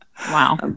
Wow